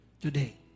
today